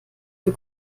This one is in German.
für